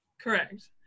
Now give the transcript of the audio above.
Correct